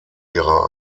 ihrer